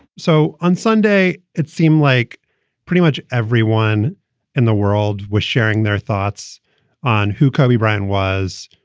so on sunday, it seemed like pretty much everyone in the world was sharing their thoughts on who kobe bryant was,